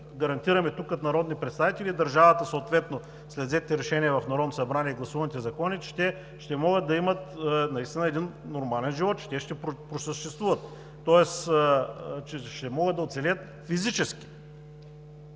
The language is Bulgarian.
гарантираме тук, като народни представители, държавата съответно след взетите решения в Народното събрание и гласуваните закони, че те ще могат да имат наистина един нормален живот, че те ще просъществуват, тоест, че ще могат да оцелеят физически?